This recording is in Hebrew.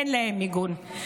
אין להם מיגון,